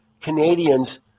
Canadians